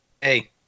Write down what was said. Hey